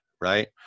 right